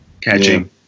catching